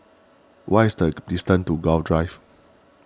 what is the distance to Gul Drive